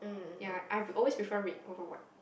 ya I always prefer red over white